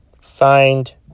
Find